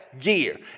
year